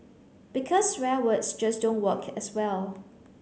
because swear words just don't work as well